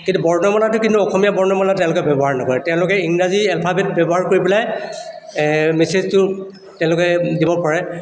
কিন্তু বৰ্ণমালাটো কিন্তু অসমীয়া বৰ্ণমালা তেওঁলোকে ব্যৱহাৰ নকৰে তেওঁলোকে ইংৰাজী এলফাবেট ব্যৱহাৰ কৰি পেলাই মেচেজটো তেওঁলোকে দিব পাৰে